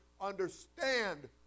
understand